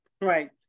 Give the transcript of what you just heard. right